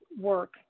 work